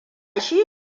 shi